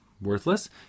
worthless